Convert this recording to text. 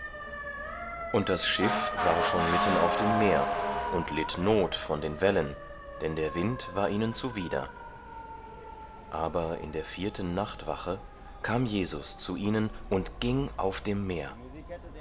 und das schiff war schon mitten auf dem meer und litt not von den wellen denn der wind war ihnen zuwider aber in der vierten nachtwache kam jesus zu ihnen und ging auf dem meer